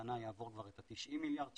היום הוא יעבור כבר את ה-90 מיליארד שקל.